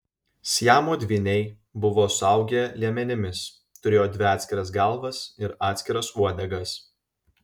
siamo dvyniai buvo suaugę liemenimis turėjo dvi atskiras galvas ir atskiras uodegas